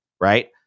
right